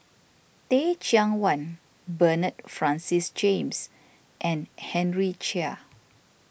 Teh Cheang Wan Bernard Francis James and Henry Chia